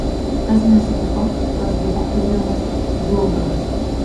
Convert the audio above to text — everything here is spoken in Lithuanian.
kas nesutiko tas buvo ujamas žlugdomas